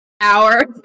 hour